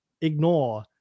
ignore